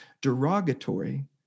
derogatory